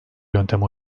yöntem